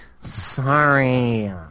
Sorry